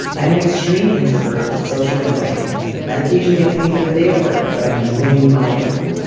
i am an extreme introvert with social anxiety medication. gets me through the day at work, but i'm drained when i get home.